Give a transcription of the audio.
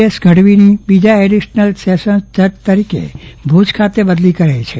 S ગઢવીની બીજા additional session જજ તરીકે ભુજ ખાતે બદલી કરાઈ છે